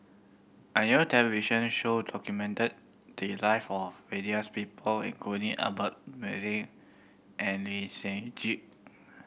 a new television show documented the life of various people including Albert and Lee Seng Gee